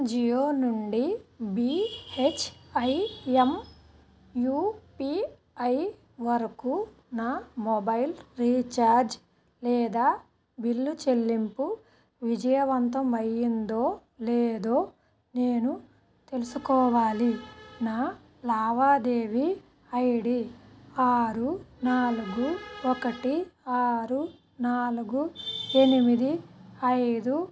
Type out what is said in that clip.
జియో నుండి B H I M U P I వరకు నా మొబైల్ రీఛార్జ్ లేదా బిల్లు చెల్లింపు విజయవంతం అయ్యిందో లేదో నేను తెలుసుకోవాలి నా లావాదేవి ఐ డి ఆరు నాలగు ఒకటి ఆరు నాలగు ఎనిమిది ఐదు